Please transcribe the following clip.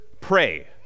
pray